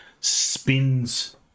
spins